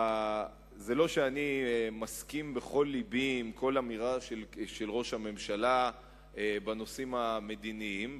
זה לא שאני מסכים בכל לבי עם כל אמירה של ראש הממשלה בנושאים המדיניים,